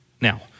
Now